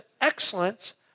excellence